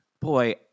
Boy